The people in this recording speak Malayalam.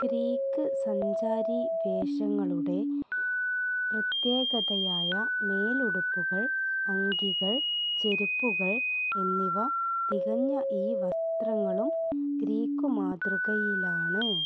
ഗ്രീക്ക് സഞ്ചാരി വേഷങ്ങളുടെ പ്രത്യേകതയായ മേലുടുപ്പുകള് അങ്കികള് ചെരുപ്പുകൾ എന്നിവ തികഞ്ഞ ഈ വസ്ത്രങ്ങളും ഗ്രീക്കു മാതൃകയിലാണ്